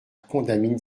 contamine